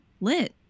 lit